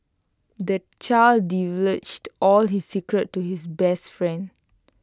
the child divulged all his secrets to his best friend